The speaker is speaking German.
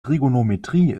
trigonometrie